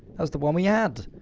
was the one we had!